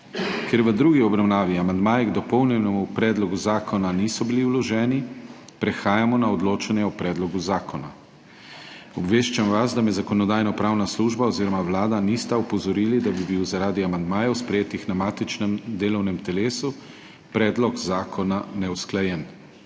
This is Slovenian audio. Ker v drugi obravnavi amandmaji k dopolnjenemu predlogu zakona niso bili vloženi, prehajamo na odločanje o predlogu zakona. Obveščam vas, da me Zakonodajno-pravna služba oziroma Vlada nista opozorili, da bi bil zaradi amandmajev, sprejetih na matičnem delovnem telesu, predlog zakona neusklajen.